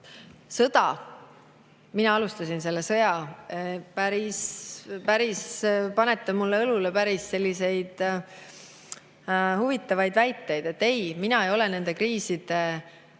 Sõda, et mina alustasin selle sõja … Te panete minu õlule päris selliseid huvitavaid väiteid. Ei, mina ei ole nendes kriisides